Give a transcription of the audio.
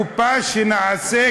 הקופה שנעשה,